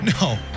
no